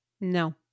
No